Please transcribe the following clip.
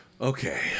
Okay